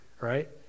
right